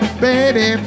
baby